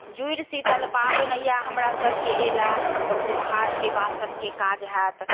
जुड़ि शीतल पाबनि इएह हमरासभकेँ एलाह तऽ कुम्हारके बासनके काज होयत